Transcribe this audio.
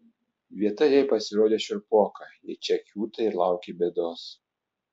vieta jai pasirodė šiurpoka jei čia kiūtai ir lauki bėdos